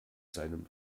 seinem